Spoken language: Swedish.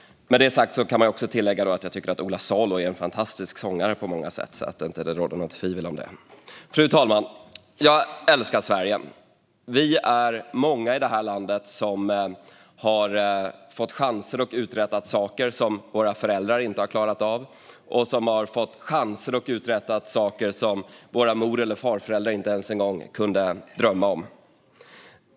Med detta sagt kan jag tillägga att jag tycker att Ola Salo är en fantastisk sångare på många sätt, så att det inte råder något tvivel om det. Fru talman! Jag älskar Sverige. Vi är många i detta land som har fått chanser att uträtta saker som våra föräldrar inte klarat av och som har fått chanser att uträtta saker som våra mor och farföräldrar inte ens kunnat drömma om.